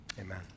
Amen